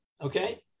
Okay